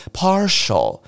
partial